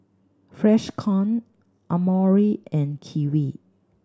Freshkon Amore and Kiwi